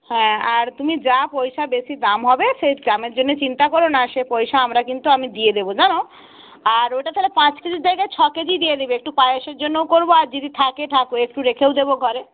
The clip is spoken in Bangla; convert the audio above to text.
হ্যাঁ আর তুমি যা পয়সা বেশি দাম হবে সেই দামের জন্যে চিন্তা করো না সে পয়সা আমরা কিন্তু আমি দিয়ে দেবো জানো আর ওটা তাহলে পাঁচ কেজির জায়গায় ছ কেজি দিয়ে দিবে একটু পায়েসের জন্যও করবো আর যদি থাকে থাকবে একটু রেখেও দেবো ঘরে